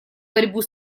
борьбу